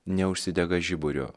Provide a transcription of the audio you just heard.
neužsidega žiburio